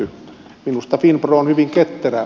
minusta finpro on hyvin ketterä